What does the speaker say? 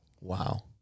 Wow